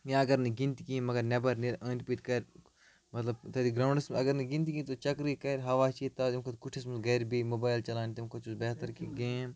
یا اَگر نہٕ گِنٛدنہِ تہِ کِہیٖنی مگر نٮ۪بَر نیٚرِ أندۍ پٔکۍ کَرِ مطلب تٔتی گرونٛڈَس منٛز اَگر نہٕ گِنٛدِ تہِ کِہیٖنۍ تہٕ چَکرٕے کَرِ ہوا چیٚیہِ تٔمۍ کھۄتہٕ کُٹِھِس منٛز گَرِ بِہیہِ مُبایِل چلاونہِ تٔمۍ کھۄتہٕ چھُس بہتر کہ گیم